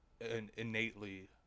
innately